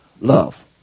love